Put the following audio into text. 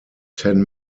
ten